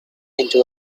into